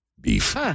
Beef